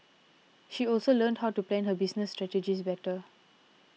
she also learned how to plan her business strategies better